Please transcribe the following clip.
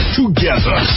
together